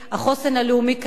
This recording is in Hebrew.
החוסן הלאומי קיים,